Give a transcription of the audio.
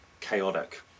chaotic